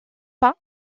pas